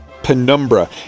penumbra